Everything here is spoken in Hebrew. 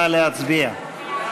נא להצביע.